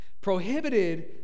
prohibited